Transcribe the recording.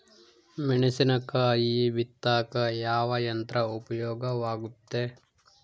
ಮೆಣಸಿನಕಾಯಿ ಬಿತ್ತಾಕ ಯಾವ ಯಂತ್ರ ಉಪಯೋಗವಾಗುತ್ತೆ?